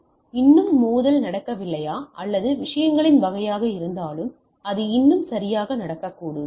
இப்போது இன்னும் மோதல் நடக்கவில்லையா அல்லது விஷயங்களின் வகையாக இருந்தாலும் அது இன்னும் சரியாக நடக்கக்கூடும்